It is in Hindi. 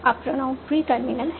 अब प्रोनाउन प्रिटर्मिनल है